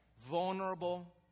vulnerable